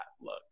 look